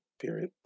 period